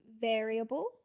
Variable